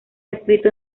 escrito